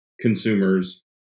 consumers